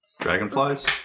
Dragonflies